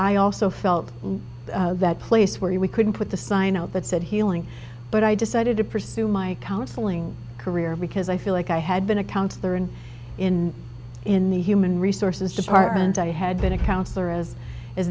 i also felt that place where we couldn't put the sign out that said healing but i decided to pursue my counseling career because i feel like i had been a counsellor and in in the human resources department i had been a counsellor as